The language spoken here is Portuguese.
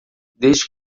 desde